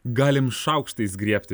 galim šaukštais griebti